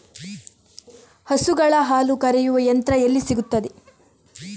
ಹಸುಗಳ ಹಾಲು ಕರೆಯುವ ಯಂತ್ರ ಎಲ್ಲಿ ಸಿಗುತ್ತದೆ?